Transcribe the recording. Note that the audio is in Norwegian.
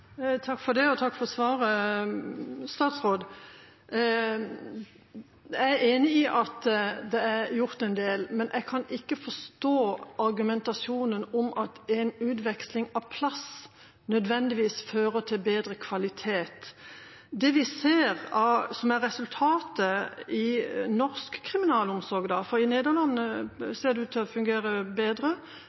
Takk for det, og takk for svaret. Jeg er enig i at det er gjort en del, men jeg kan ikke forstå argumentasjonen om at en utveksling av plasser nødvendigvis fører til bedre kvalitet. Det vi ser er resultatet i norsk kriminalomsorg, i Nederland ser det ut til å fungere bedre,